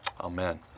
Amen